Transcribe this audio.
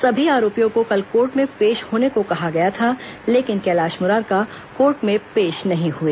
सभी आरोपियों को कल कोर्ट में पेश होने को कहा गया था लेकिन कैलाश मुरारका कोर्ट में पेश नहीं हुए